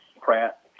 Pratt